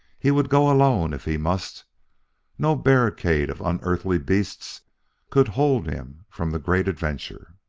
he would go alone if he must no barricade of unearthly beasts could hold him from the great adventure.